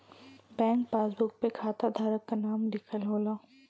bank passbook पे खाता धारक क नाम लिखल होला